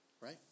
right